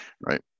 right